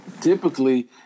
typically